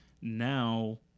now